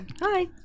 Hi